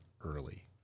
early